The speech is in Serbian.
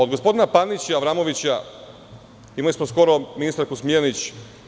Od gospodina Panića i Avramovića imali smo skoro ministarku Smiljanić.